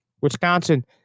Wisconsin